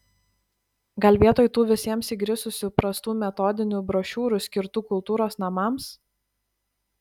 gal vietoj tų visiems įgrisusių prastų metodinių brošiūrų skirtų kultūros namams